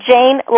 Jane